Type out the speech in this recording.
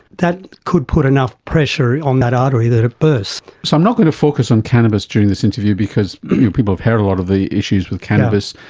that could put enough pressure on that artery that it bursts. so i'm not going to focus on cannabis during this interview because people have heard a lot of the issues with cannabis.